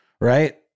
right